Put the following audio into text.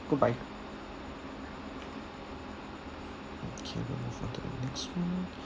goodbye okay we move on to the next [one]